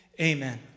Amen